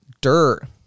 dirt